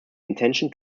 intention